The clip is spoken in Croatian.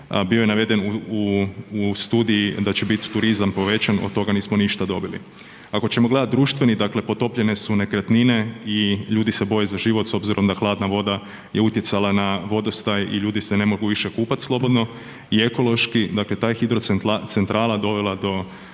bio je naveden u, u studiji da će bit turizam povećan, od toga nismo ništa dobili. Ako ćemo gledat društveni, dakle potopljene su nekretnine i ljudi se boje za život s obzirom da hladna voda je utjecala na vodostaj i ljudi se ne mogu više kupat slobodno i ekološki, dakle ta hidrocentrala je dovela do